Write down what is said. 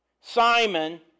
Simon